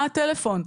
מה הטלפון?